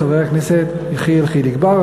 חבר הכנסת יחיאל חיליק בר.